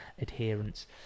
adherence